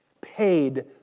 paid